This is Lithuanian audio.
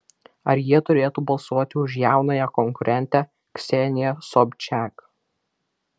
ar jie turėtų balsuoti už jaunąją konkurentę kseniją sobčiak